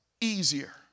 easier